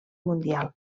mundial